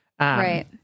Right